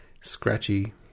scratchy